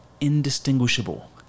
indistinguishable